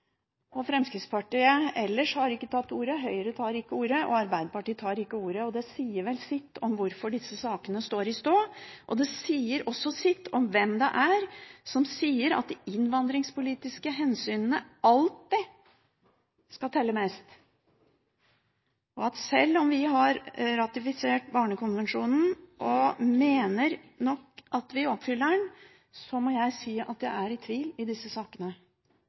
og Arbeiderpartiet har ikke tatt ordet. Det sier vel sitt om hvorfor disse sakene står i stå. Det sier også sitt om hvem det er som sier at de innvandringspolitiske hensynene alltid skal telle mest. Sjøl om vi har ratifisert Barnekonvensjonen og mener at vi oppfyller den, må jeg si jeg er i tvil i disse sakene.